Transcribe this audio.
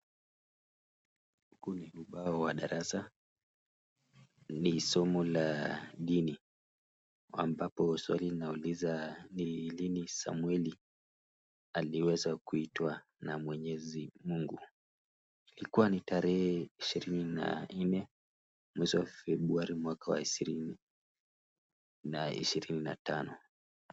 Kwenye ubao wa darasa ni somo la dini ambapo swali linauliza ni lini samueli aliweza kuitwa na mwenyezi Mungu, ilikuwa ni tarehe ishirini na nne, mwezi wa februari, mwaka wa ishirini na ishirini na tano.